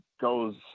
goes